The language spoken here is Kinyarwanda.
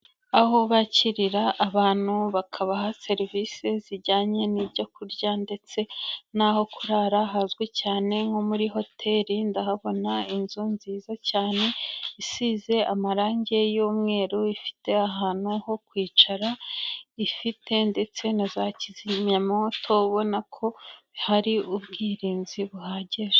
Aho bakirira abantu bakabaha serivisi zijyanye n'ibyo kurya ndetse nho kurara, hazwi cyane nko muri hoteli, ndahabona inzu nziza cyane, isize amarangi y'umweru, ifite ahantu ho kwicara, ifite ndetse na za kizimyamwoto, ubona ko hari ubwirinzi buhagije.